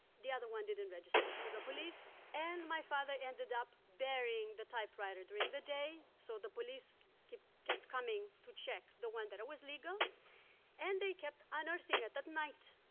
the other one didn't register to the police, and my father ended up burying the typewriter during the day. so, the police kept kept coming to check the one that was legal and they kept another thing at night,